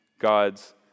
God's